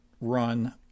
run